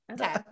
Okay